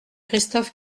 christophe